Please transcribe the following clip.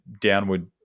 downward